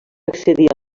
accedir